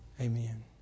Amen